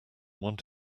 want